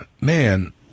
Man